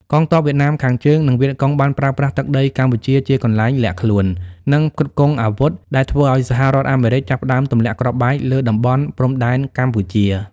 កងទ័ពវៀតណាមខាងជើង និងវៀតកុងបានប្រើប្រាស់ទឹកដីកម្ពុជាជាកន្លែងលាក់ខ្លួន និងផ្គត់ផ្គង់អាវុធ ដែលធ្វើឱ្យសហរដ្ឋអាមេរិកចាប់ផ្តើមទម្លាក់គ្រាប់បែកលើតំបន់ព្រំដែនកម្ពុជា។